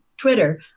Twitter